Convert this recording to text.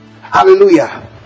Hallelujah